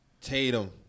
Tatum